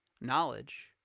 Knowledge